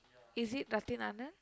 is it Anand